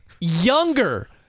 younger